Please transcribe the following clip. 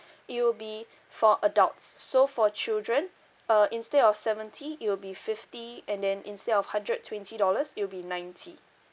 it will be for adults so for children uh instead of seventy it will be fifty and then instead of hundred twenty dollars it'll be ninety